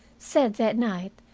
said that night,